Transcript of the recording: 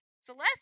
Celeste